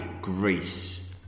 Greece